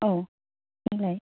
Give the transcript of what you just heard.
औ बुंलाय